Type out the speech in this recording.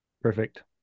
perfect